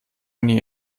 nie